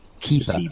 keeper